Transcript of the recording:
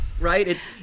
Right